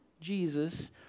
Jesus